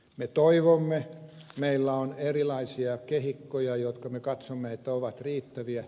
me toivomme meillä on erilaisia kehikkoja jotka me katsomme että ovat riittäviä